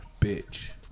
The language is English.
bitch